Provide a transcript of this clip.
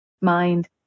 mind